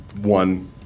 one